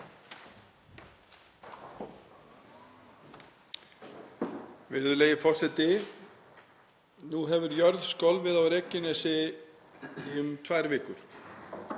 Virðulegi forseti. Nú hefur jörð skolfið á Reykjanesi í um tvær vikur